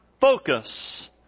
focus